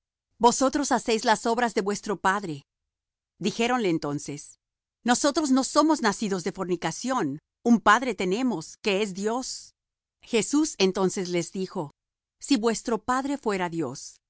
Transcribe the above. vosotros hacéis las obras de vuestro padre dijéronle entonces nosotros no somos nacidos de fornicación un padre tenemos que es dios jesús entonces les dijo si vuestro padre fuera dios